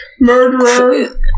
murderer